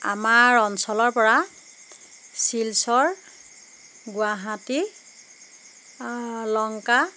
আমাৰ অঞ্চলৰপৰা শিলচৰ গুৱাহাটী লংকা